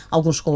Alguns